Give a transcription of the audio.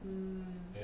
um